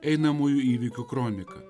einamųjų įvykių kronika